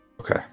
Okay